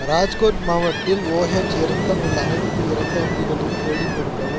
ராஜ்கோட் மாவட்டத்தில் ஓஹெச் இரத்தம் உள்ள அனைத்து இரத்த வங்கிகளையும் தேடிக் கொடுக்கவும்